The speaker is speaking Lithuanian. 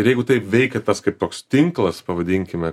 ir jeigu taip veikia tas kaip toks tinklas pavadinkime